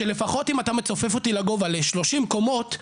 שלפחות אם אתה מצופף אותי לגובה ל- 30 קומות,